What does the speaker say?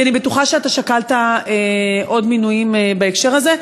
כי אני בטוחה שאתה שקלת עוד מינויים בהקשר הזה.